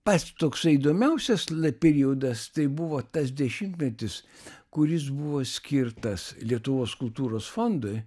pats toksai įdomiausias periodas tai buvo tas dešimtmetis kuris buvo skirtas lietuvos kultūros fondui